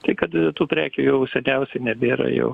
tai kad tų prekių jau seniausiai nebėra jau